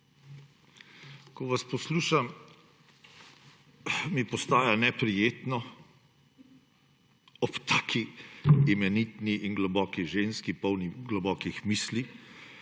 Ko vas poslušam, mi postaja neprijetno ob taki imenitni in globoki ženski, polni globokih misli